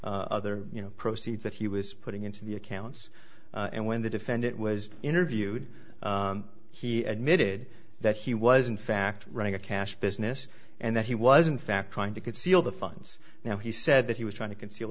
other you know proceeds that he was putting into the accounts and when the defendant was interviewed he admitted that he was in fact running a cash business and that he was in fact trying to conceal the funds now he said that he was trying to conceal